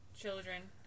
children